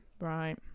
right